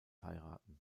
heiraten